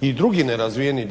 i drugi nerazvijeni